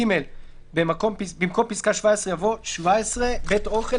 " במקום פסקה (17) יבוא: "(17)בית אוכל,